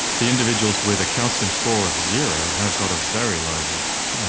the individuals with a calcium score of zero have got a very low risk.